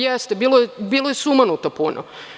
Jeste, bilo je sumanuto puno.